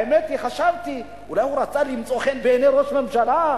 האמת היא שחשבתי שאולי הוא רצה למצוא חן בעיני ראש הממשלה,